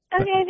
Okay